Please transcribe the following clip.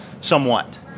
somewhat